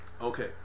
Okay